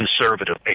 conservative